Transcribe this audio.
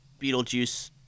Beetlejuice